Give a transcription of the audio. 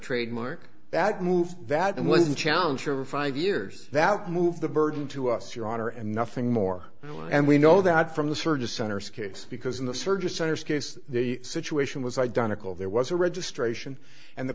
trademark that move that one challenge over five years that move the burden to us your honor and nothing more and we know that from the service centers case because in the surgery centers case the situation was identical there was a registration and the